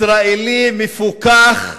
ישראלי מפוכח,